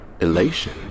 elation